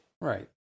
right